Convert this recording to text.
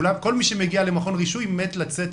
כל מי שמגיע למכון רישוי "מת" לצאת